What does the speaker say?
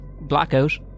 blackout